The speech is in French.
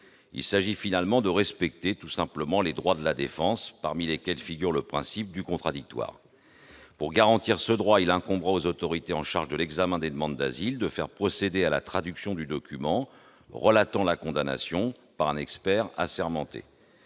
Il s'agit simplement de respecter les droits de la défense, parmi lesquels figure le principe du contradictoire. Pour garantir ce droit, il incombera aux autorités chargées de l'examen des demandes d'asile de faire procéder à la traduction du document relatant la condamnation par un expert assermenté.